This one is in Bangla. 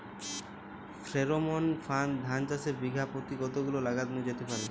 ফ্রেরোমন ফাঁদ ধান চাষে বিঘা পতি কতগুলো লাগানো যেতে পারে?